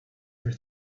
her